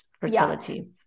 fertility